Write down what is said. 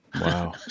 Wow